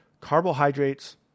carbohydrates